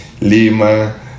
Lima